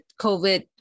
COVID